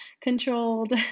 controlled